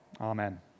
Amen